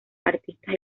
artistas